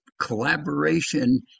collaboration